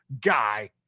guy